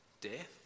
Death